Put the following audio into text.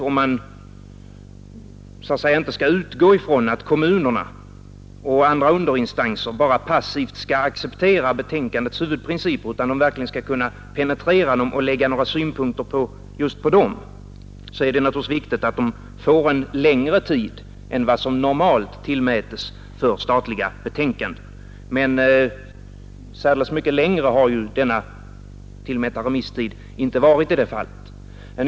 Om man så att säga kan utgå från att kommunerna och andra underinstanser inte bara passivt skall acceptera betänkandets huvudprinciper utan verkligen kunna penetrera och lägga några synpunkter på ärendet, är det viktigt att de får en längre tid på sig än vad som normalt tillmäts för statliga betänkanden. Men särskilt mycket längre har den tillmätta remisstiden inte varit i detta fall.